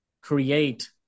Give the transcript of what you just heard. create